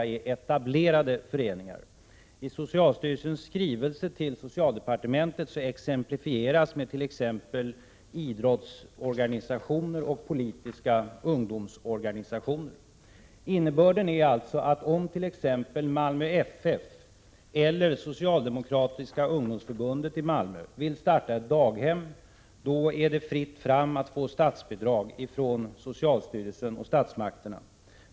I socialstyrelsens skrivelse till socialdepartementet exemplifieras genom angivande av idrottsorganisationer och politiska ungdomsorganisationer. Innebörden är alltså att om t.ex. Malmö FF eller Socialdemokratiska ungdomsförbundet i Malmö vill starta ett daghem, är det fritt fram att få statsbidrag från socialstyrelsen och statsmakterna.